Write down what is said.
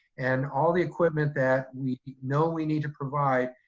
and all the equipment that we know we need to provide,